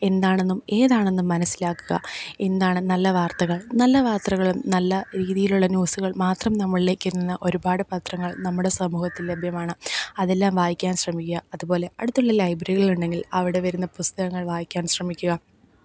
എന്താണെന്നും ഏതാണെന്നും മനസ്സിലാക്കുക എന്താണ് നല്ല വാര്ത്തകള് നല്ല വാർത്തകളും നല്ല രീതിയിലുള്ള ന്യൂസ്സ്കള് മാത്രം നമ്മളിലേക്കെത്തുന്ന ഒരുപാട് പത്രങ്ങള് നമ്മുടെ സമൂഹത്തില് ലഭ്യമാണ് അതെല്ലാം വായിക്കാന് ശ്രമിക്കുക അതുപോലെ അടുത്തുള്ള ലൈബ്രികളിലുണ്ടെങ്കില് അവിടെ വരുന്ന പുസ്തകങ്ങള് വായിക്കാന് ശ്രമിക്കുക